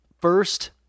first